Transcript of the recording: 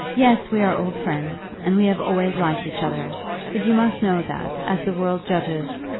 yes, we are old friends, and we have always liked each other but you must know that, as the world judges,